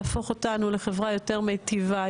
להפוך אותנו לחברה יותר מיטיבה,